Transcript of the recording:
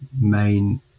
main